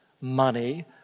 money